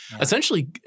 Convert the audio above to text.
essentially